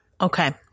Okay